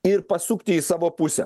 ir pasukti į savo pusę